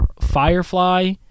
firefly